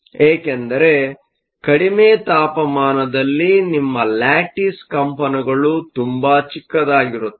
ಏಕೆಂದರೆ ಕಡಿಮೆ ತಾಪಮಾನದಲ್ಲಿ ನಿಮ್ಮ ಲ್ಯಾಟಿಸ್Lattice ಕಂಪನಗಳು ತುಂಬಾ ಚಿಕ್ಕದಾಗಿರುತ್ತವೆ